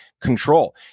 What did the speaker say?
control